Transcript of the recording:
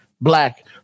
black